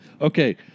Okay